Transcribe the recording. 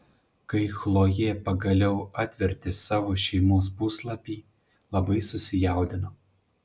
kai chlojė pagaliau atvertė savo šeimos puslapį labai susijaudino